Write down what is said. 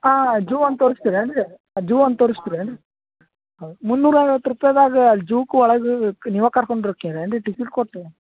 ಹಾಂ ಜೂ ಒಂದು ತೋರ್ಸ್ತಿರ ಏನು ರೀ ಜೂ ಒಂದು ತೋರ್ಸ್ತಿರಾ ಏನು ರೀ ಹೌದು ಮುನ್ನೂರು ಐವತ್ತು ರೂಪಾಯ್ದಾಗ ಜೂಕ ಒಳಗೆ ನೀವು ಕರ್ಕೊಂಡು ಹೋಕಿರ್ ಏನು ರೀ ಟಿಕೇಟ್ ಕೊಟ್ಟು